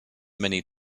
many